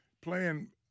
playing